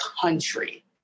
country